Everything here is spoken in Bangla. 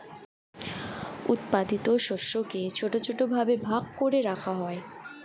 উৎপাদিত শস্যকে ছোট ছোট ভাবে ভাগ করে রাখা হয়